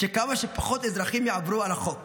שכמה שפחות אזרחים יעברו על החוק,